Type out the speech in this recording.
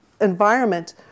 environment